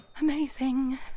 Amazing